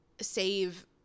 save